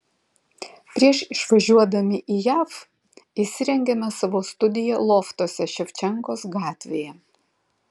prieš išvažiuodami į jav įsirengėme savo studiją loftuose ševčenkos gatvėje